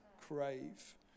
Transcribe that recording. crave